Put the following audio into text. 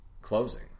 closing